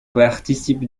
participe